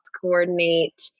coordinate